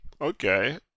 okay